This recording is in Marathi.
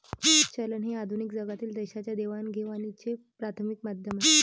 चलन हे आधुनिक जगातील देशांच्या देवाणघेवाणीचे प्राथमिक माध्यम आहे